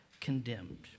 condemned